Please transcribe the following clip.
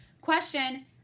Question